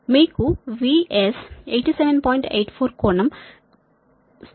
84 కోణం 7